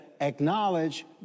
acknowledge